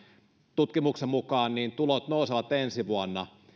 tutkimuksen mukaan tulot nousevat ensi vuonna